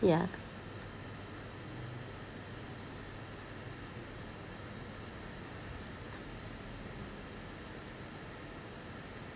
yeah